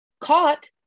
caught